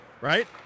right